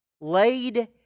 Laid